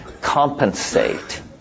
compensate